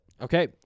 Okay